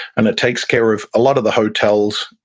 and it takes care of a lot of the hotels,